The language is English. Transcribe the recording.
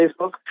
Facebook